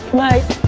night.